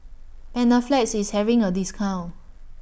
Panaflex IS having A discount